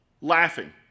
Laughing